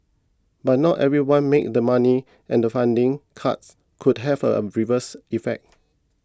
but not everyone made the money and the funding cuts could have a reverse effect